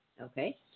Okay